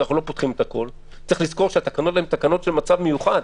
וצריך לזכור שאלה תקנות למצב מיוחד.